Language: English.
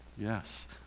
Yes